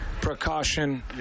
Precaution